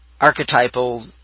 archetypal